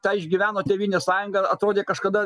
tą išgyveno tėvynės sąjunga ir atrodė kažkada